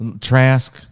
Trask